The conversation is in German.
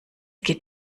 geht